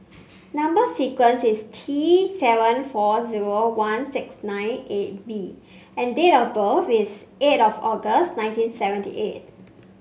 number sequence is T seven four zero one six nine eight B and date of birth is eight of August nineteen seventy eight